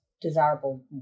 desirable